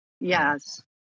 Yes